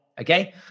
okay